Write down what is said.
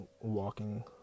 walking